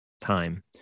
time